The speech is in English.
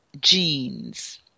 genes